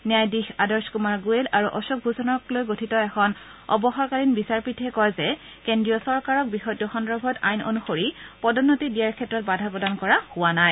ন্যায়াধীশ আদৰ্শ কুমাৰ গোৱেল আৰু অশোক ভূষণক লৈ গঠিত এখন অৱসৰকালীন বিচাৰপীঠে কয় যে কেন্দ্ৰীয় চৰকাৰক বিষয়টো সন্দৰ্ভত আইন অনুসৰি পদোন্নতি দিয়াৰ ক্ষেত্ৰত বাধা প্ৰদান কৰা হোৱা নাই